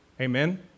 Amen